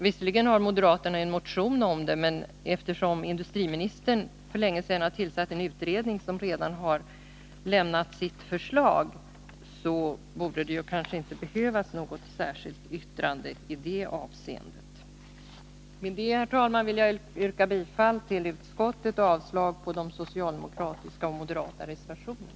Visserligen har moderaterna en motion om saken, men eftersom industriministern för länge sedan har tillsatt en utredning, som redan har lämnat sitt förslag, så borde det kanske inte behövas något särskilt yttrande i det avseendet. Med det, herr talman, vill jag yrka bifall till utskottets hemställan och avslag på de socialdemokratiska och moderata reservationerna.